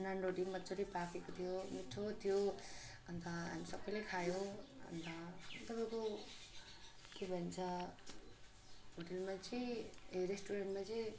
नानरोटी पनि मजाले पाकेको थियो मिठो थियो अन्त हामी सबैले खायौँ अन्त तपाईँको के भन्छ होटेलमा चाहिँ ए रेस्टुरेन्टमा चाहिँ